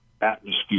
atmosphere